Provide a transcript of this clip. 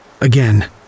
Again